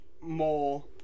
more